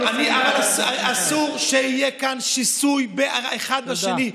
אסור שיהיה כאן שיסוי של אחד בשני.